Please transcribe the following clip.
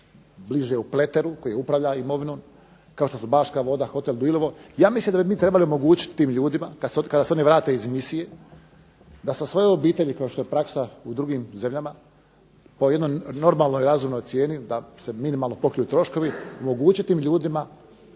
bliže u Pleteru koji upravlja imovinom, kao što su Baška voda hotel… ja mislim da bi trebali omogućiti tim ljudima kada se oni vrate iz misije da sa svojom obitelji kao što je praksa u drugim zemljama po jednoj razumnoj cijeni, da se pokriju troškovi omogućiti tim ljudima